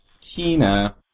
Tina